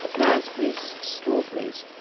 raspberries, strawberries,